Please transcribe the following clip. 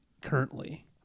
currently